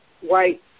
white